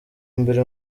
mbere